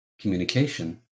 communication